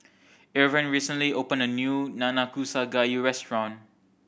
Irven recently opened a new Nanakusa Gayu restaurant